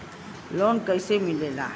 Loan कईसे मिलेला?